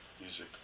music